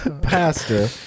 pastor